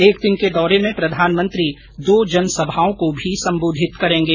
एक दिन के दौरे में प्रधानमंत्री दो जनसभाओं को भी संबोधित करेंगे